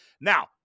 Now